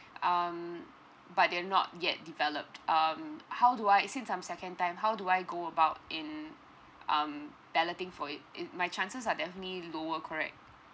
um but they're not yet developed um how do I since I'm second time how do I go about in um balloting for it it my chances are definitely lower correct